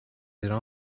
ایران